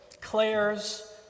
Claire's